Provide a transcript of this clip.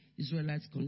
Israelites